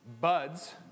buds